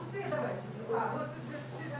וההמלצות אחר כך